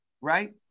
right